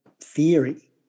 theory